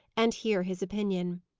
and hear his opinion.